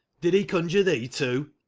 did he conjure thee too?